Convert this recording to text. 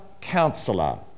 counselor